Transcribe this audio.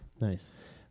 Nice